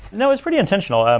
no, it's pretty intentional. um